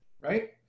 right